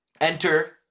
enter